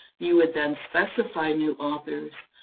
you would then specify new authors,